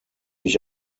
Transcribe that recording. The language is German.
ich